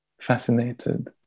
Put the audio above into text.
fascinated